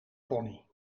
pony